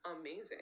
amazing